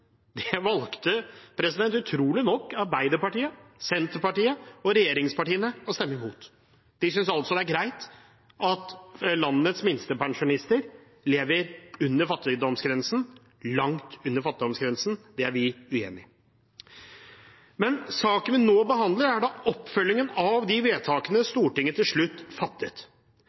valgte utrolig nok Arbeiderpartiet, Senterpartiet og regjeringspartiene å stemme imot. De synes altså det er greit at landets minstepensjonister lever under fattigdomsgrensen – langt under fattigdomsgrensen. Det er vi uenig i. Saken vi nå behandler, er oppfølgingen av de vedtakene Stortinget til slutt fattet.